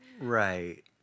Right